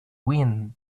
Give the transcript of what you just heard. wind